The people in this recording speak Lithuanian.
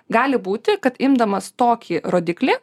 gali būti kad imdamas tokį rodiklį